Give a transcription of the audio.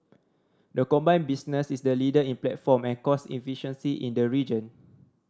the combined business is the leader in platform and cost efficiency in the region